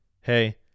hey